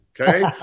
Okay